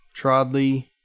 Trodley